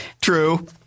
True